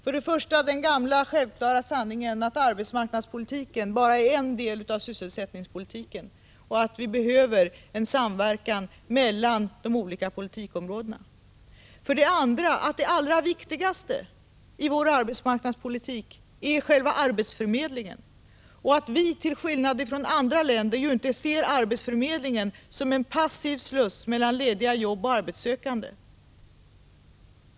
För det första den gamla självklara sanningen att arbetsmarknadspolitiken bara är en del av sysselsättningspolitiken och att vi behöver en samverkan mellan de olika politikområdena. För det andra att det allra viktigaste i vår arbetsmarknadspolitik är själva arbetsförmedlingen och att vi till skillnad från andra länder ju inte ser arbetsförmedlingen som en passiv sluss mellan lediga jobb och arbetssökande.